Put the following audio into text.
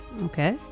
Okay